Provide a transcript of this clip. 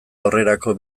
aurrerako